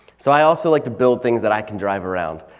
so i also like to build things that i can drive around.